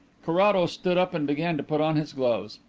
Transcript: carrados stood up and began to put on his gloves.